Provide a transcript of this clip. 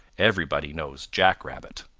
everybody knows jack rabbit.